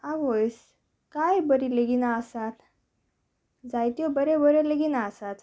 आवयस कांय बरी लेगिन आसात जायत्यो बऱ्यो बऱ्यो लेगिनां आसात